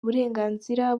uburenganzira